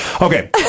Okay